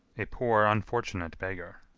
a poor unfortunate beggar.